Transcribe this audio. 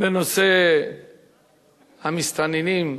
בנושא המסתננים.